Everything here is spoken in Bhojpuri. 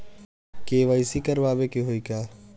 के.वाइ.सी करावे के होई का?